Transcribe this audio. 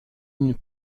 une